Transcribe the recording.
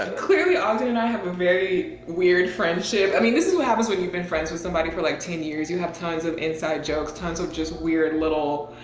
ah clearly arvin and i have a very weird friendship. i mean, this is what happens when you've been friends with somebody for like ten years, you have tons of inside jokes. tons of just weird little,